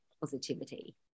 positivity